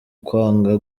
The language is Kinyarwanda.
kwanga